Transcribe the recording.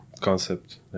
concept